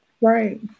Right